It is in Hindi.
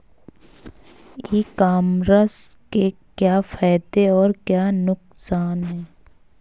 ई कॉमर्स के क्या क्या फायदे और क्या क्या नुकसान है?